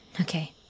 okay